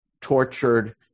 tortured